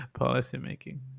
Policymaking